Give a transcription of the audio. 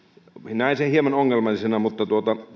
näen sen hieman ongelmallisena mutta